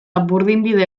burdinbide